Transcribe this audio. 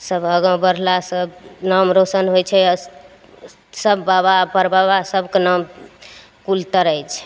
सभ आगा बढ़लासँ नाम रौशन होइ छै सभ बाबा परबाबा सभके नाम कुल तरय छै